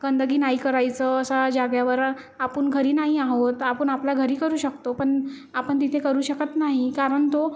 गंदगी नाही करायचं अशा जागेवर आपण घरी नाही आहोत आपण आपल्या घरी करू शकतो पण आपण तिथे करू शकत नाही कारण तो